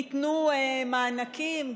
ניתנו מענקים,